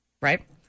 right